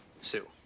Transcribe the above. Sue